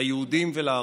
ליהודים ולערבים.